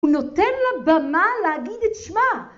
הוא נותן לה במה להגיד את שמה.